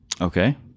okay